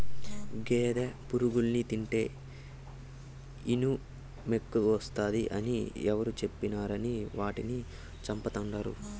గేదె పురుగుల్ని తింటే ఇనుమెక్కువస్తాది అని ఎవరు చెప్పినారని వాటిని చంపతండాడు